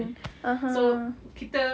so kita